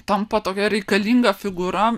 tampa tokia reikalinga figūra